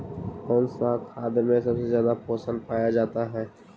कौन सा खाद मे सबसे ज्यादा पोषण पाया जाता है?